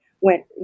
went